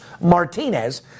Martinez